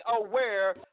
aware